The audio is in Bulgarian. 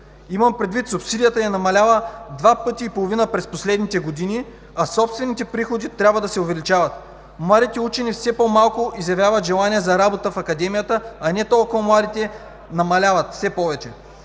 Имам предвид, че субсидията намалява два пъти и половина през последните години, а собствените приходи трябва да се увеличават. Младите учени все по-малко изявяват желание за работа в Академията, а не толкова младите намаляват все повече.